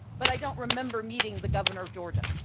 but i don't remember meeting the governor of georgia.